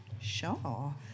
Sure